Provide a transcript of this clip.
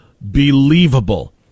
believable